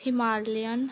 Himalayan